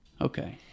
Okay